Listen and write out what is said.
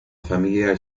familia